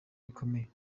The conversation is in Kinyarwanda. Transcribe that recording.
bikomeye